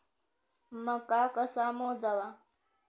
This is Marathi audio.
मका कसा मोजावा?